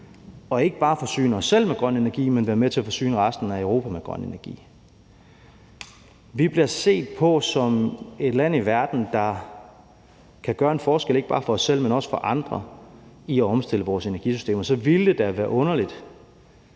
– ikke bare at forsyne os selv med grøn energi, men være med til at forsyne resten af Europa med grøn energi. Vi bliver set på som et land i verden, der kan gøre en forskel for ikke bare os selv, men også for andre, med hensyn til at omstille vores energisystemer. Og så ville det da være underligt,